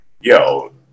yo